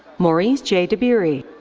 maurice j. debeary.